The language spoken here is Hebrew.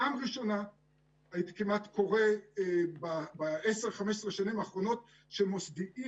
פעם ראשונה כמעט קורה ב-15-10 השנים האחרונות שמוסדיים